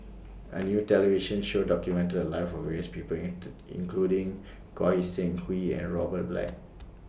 A New television Show documented The Lives of various People including Goi Seng Hui and Robert Black